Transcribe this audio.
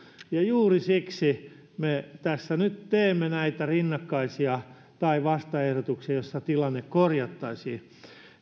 ja juuri siksi me tässä nyt teemme näitä rinnakkaisia vastaehdotuksia joissa tilanne korjattaisiin se